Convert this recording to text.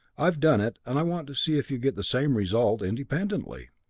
i've done it and i want to see if you get the same result independently!